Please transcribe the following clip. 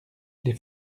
les